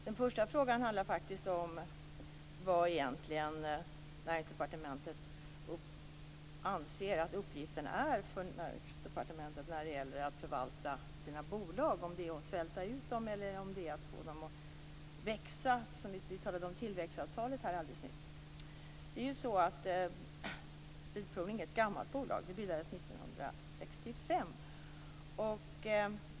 Den första frågan handlar faktiskt om vilken Näringsdepartementets uppgift egentligen är när det gäller att förvalta sina bolag, om det är att svälta ut dem eller om det är att få dem att växa - det talades ju nyss om tillväxtavtalen. Svensk Bilprovning är ett gammalt bolag. Det bildades 1965.